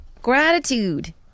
Gratitude